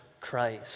Christ